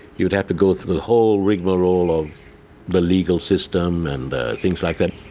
you'd have to go through the whole rigmarole of the legal system and things like that,